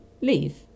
leave